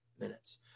minutes